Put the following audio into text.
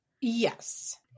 yes